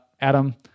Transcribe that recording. adam